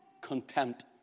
contempt